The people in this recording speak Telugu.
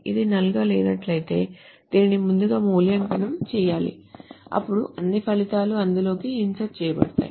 ఇది null గా లేనట్లయితే దీనిని ముందుగా మూల్యాంకనం చేయాలి అప్పుడు అన్ని ఫలితాలు అందులోకి ఇన్సర్ట్ చేయబడతాయి